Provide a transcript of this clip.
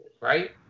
right